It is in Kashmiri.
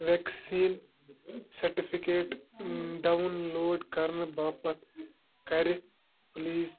ویٚکسیٖن سٔرٹِفِکیٹ ڈاوُن لوڈ کرنہٕ باپتھ کَر پٕلیٖز